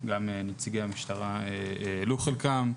גם נציגי המשטרה העלו את חלקן,